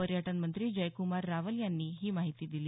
पर्यटन मंत्री जयकुमार रावल यांनी ही माहिती दिली